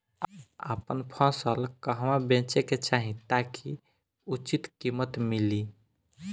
आपन फसल कहवा बेंचे के चाहीं ताकि उचित कीमत मिली?